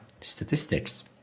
statistics